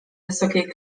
wysokiej